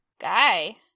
guy